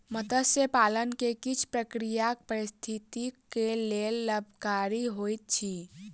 मत्स्य पालन के किछ प्रक्रिया पारिस्थितिकी के लेल लाभकारी होइत अछि